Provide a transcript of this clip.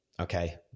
okay